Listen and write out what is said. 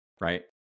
Right